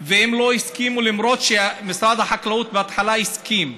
והם לא הסכימו, למרות משרד החקלאות בהתחלה הסכים.